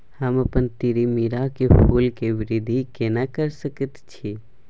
हम अपन तीरामीरा के फूल के वृद्धि केना करिये सकेत छी?